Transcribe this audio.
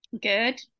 Good